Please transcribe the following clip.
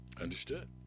Understood